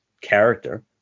character